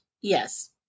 Yes